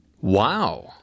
Wow